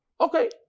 Okay